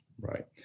right